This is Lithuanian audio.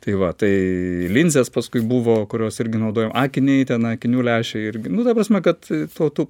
tai va tai linzės paskui buvo kurios irgi naudojom akiniai ten akinių lęšiai irgi nu ta prasme kad tuo tų